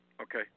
Okay